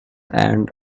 and